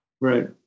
Right